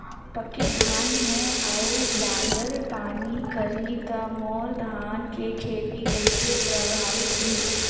पके धान हे अउ बादर पानी करही त मोर धान के खेती कइसे प्रभावित होही?